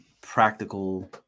practical